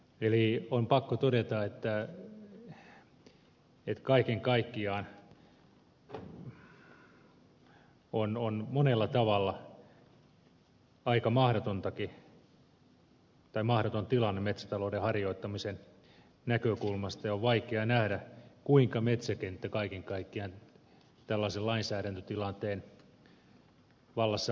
eli on pakko todeta että kaiken kaikkiaan tämä on monella tavalla aika mahdoton tilanne metsätalouden harjoittamisen näkökulmasta ja on vaikea nähdä kuinka metsäkenttä kaiken kaikkiaan tällaisen lainsäädäntötilanteen vallassa voi toimia